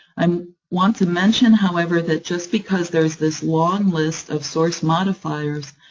um want to mention, however, that just because there's this long list of source modifiers,